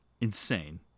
Insane